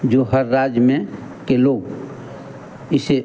जो हर राज्य में के लोग इसे